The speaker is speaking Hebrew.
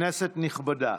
כנסת נכבדה,